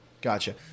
Gotcha